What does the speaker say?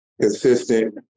consistent